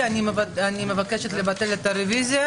אדוני יושב-הראש,